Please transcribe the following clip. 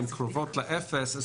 הן קרובות לאפס.